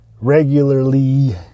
regularly